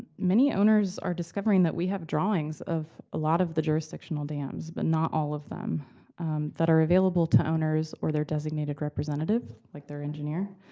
many owners are discovering that we have drawings of a lot of the jurisdictional dams, but not all of them that are available to owners, or their designated representative, like their engineer.